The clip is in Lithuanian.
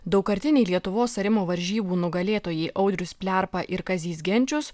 daugkartiniai lietuvos arimo varžybų nugalėtojai audrius plerpa ir kazys genčius